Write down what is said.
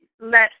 let